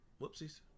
whoopsies